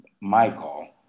Michael